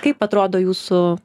kaip atrodo jūsų